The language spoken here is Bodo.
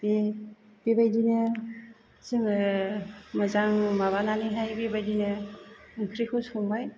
बे बेबायदिनो जोङो मोजां माबानानैहाय बेबायदिनो ओंख्रिखौ संबाय